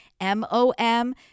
M-O-M